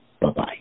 Bye-bye